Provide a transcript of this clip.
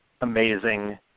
amazing